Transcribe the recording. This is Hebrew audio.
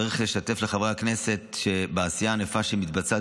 צריך לשתף את חברי הכנסת בעשייה הענפה שמתבצעת